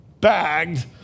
bagged